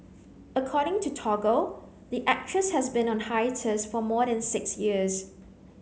according to Toggle the actress has been on a hiatus for more than six years